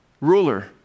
ruler